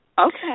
Okay